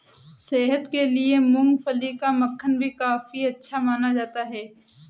सेहत के लिए मूँगफली का मक्खन भी काफी अच्छा माना जाता है